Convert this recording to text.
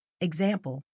Example